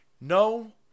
No